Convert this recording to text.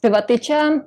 tai va tai čia